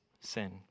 sin